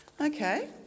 Okay